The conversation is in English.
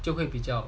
就会比较